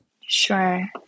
Sure